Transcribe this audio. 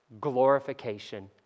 glorification